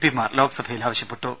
പിമാർ ലോക്സഭയിൽ ആവശ്യപ്പെ ട്ടു